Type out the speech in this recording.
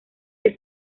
que